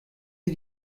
sie